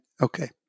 okay